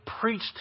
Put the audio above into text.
preached